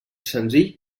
senzill